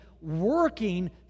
working